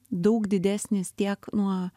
daug didesnis tiek nuo